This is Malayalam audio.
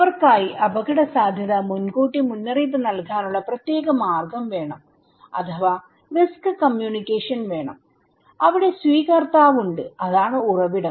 അവർക്കായിഅപകടസാധ്യത മുൻകൂട്ടി മുന്നറിയിപ്പ് നൽകാനുള്ള പ്രത്യേക മാർഗം വേണം അഥവാ റിസ്ക് കമ്മ്യൂണിക്കേഷൻവേണം അവിടെ സ്വീകർത്താവ് ഉണ്ട് അതാണ് ഉറവിടം